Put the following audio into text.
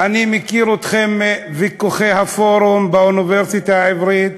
אני מכיר אתכם מוויכוחי הפורום באוניברסיטה העברית,